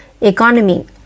economy